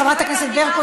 חברת הכנסת ברקו,